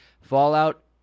fallout